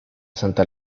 santa